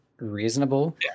Reasonable